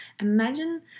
imagine